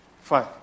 Fine